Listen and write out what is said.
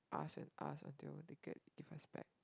ask and ask until they get it give us back